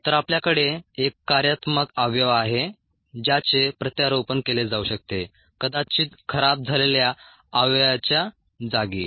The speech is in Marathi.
तर आपल्याकडे एक कार्यात्मक अवयव आहे ज्याचे प्रत्यारोपण केले जाऊ शकते कदाचित खराब झालेल्या अवयवाच्या जागी